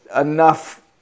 enough